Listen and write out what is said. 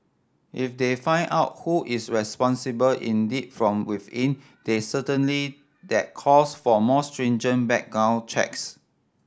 if they find out who is responsible indeed from within then certainly that calls for more stringent background checks